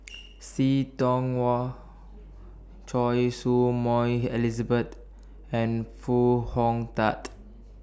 See Tiong Wah Choy Su Moi Elizabeth and Foo Hong Tatt